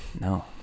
No